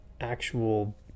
actual